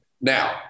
Now